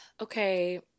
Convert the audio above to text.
okay